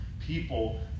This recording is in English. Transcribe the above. people